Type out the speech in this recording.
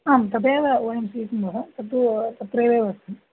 आं तदेव वयं स्वीकुर्मः तत्तु अत्रैव अस्ति